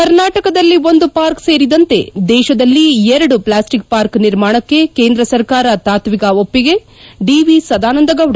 ಕರ್ನಾಟಕದಲ್ಲಿ ಒಂದು ಪಾರ್ಕ್ ಸೇರಿದಂತೆ ದೇಶದಲ್ಲಿ ಎರಡು ಪ್ಲಾಸ್ಸಿಕ್ ಪಾರ್ಕ್ ನಿರ್ಮಾಣಕ್ಕೆ ಕೇಂದ್ರ ಸರ್ಕಾರ ತಾತ್ತಿಕ ಒಪ್ಪಿಗೆ ಡಿ ವಿ ಸದಾನಂದ ಗೌಡ